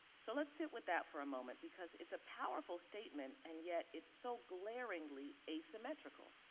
so let's sit with that for a moment because it's a powerful statement, and yet it's so glaringly asymmetrical.